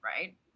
right